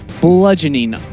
Bludgeoning